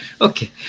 Okay